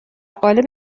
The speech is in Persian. قالب